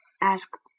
asked